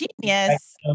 Genius